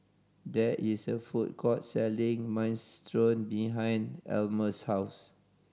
there is a food court selling Minestrone behind Almus' house